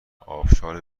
آبشار